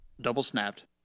double-snapped